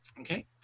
Okay